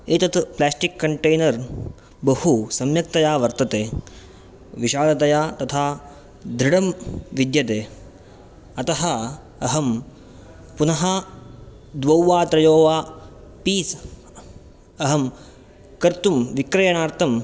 एतत् plastic container बहु सम्यक्तया वर्तते विशालतया तथा दृढं विद्यते अतः अहं पुनः द्वौ वा त्रयो वा पीस् अहं कर्तुं विक्रयणार्थं